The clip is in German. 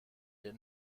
der